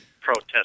Protest